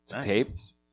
tapes